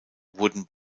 wurden